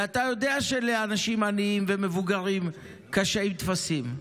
ואתה יודע שלאנשים עניים ומבוגרים קשה עם טפסים.